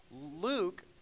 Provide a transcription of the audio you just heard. Luke